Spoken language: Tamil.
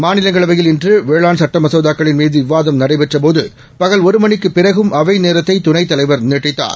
மாநிலங்களவையில்இன்றுவேளாண்சட்டமசோதாக்களின்மீ துவிவாதம்நடைபெற்றபோது பகல்ஒருமணிக்குபிறகும்அவைநேரத்தைதுணைதலைவர்நீட் டித்தார்